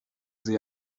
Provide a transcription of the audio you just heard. sie